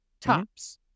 tops